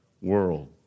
world